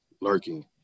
lurking